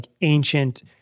ancient